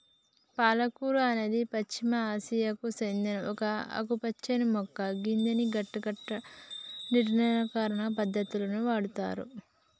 పాలకూర అనేది పశ్చిమ ఆసియాకు సేందిన ఒక ఆకుపచ్చని మొక్క గిదాన్ని గడ్డకట్టడం, నిర్జలీకరణ పద్ధతులకు వాడుతుర్రు